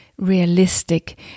realistic